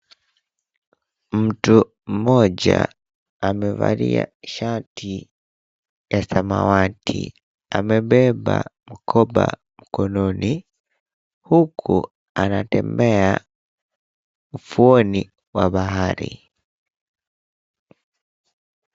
Mtu mmoja amevalia shati ya samawati. Amebeba mkoba mkononi huku anatembea ufuoni mwa bahari.